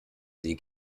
sie